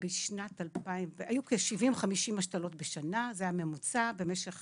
היו כ-70-50 השתלות בשנה, זה הממוצע, במשך